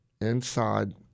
inside